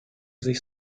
sich